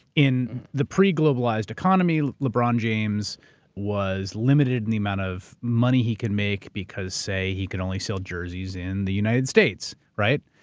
in the pre-globalized economy, lebron james was limited in the amount of money he could make because, say, he could only sell jerseys in the united states, right?